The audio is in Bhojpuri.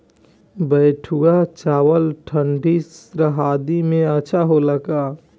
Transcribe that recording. बैठुआ चावल ठंडी सह्याद्री में अच्छा होला का?